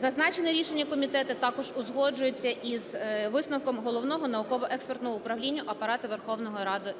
Зазначене рішення комітету також узгоджується із висновком Головного науково-експертного управління Апарату Верховної Ради